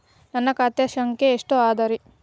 ನನ್ನ ಖಾತೆ ಸಂಖ್ಯೆ ಎಷ್ಟ ಅದರಿ?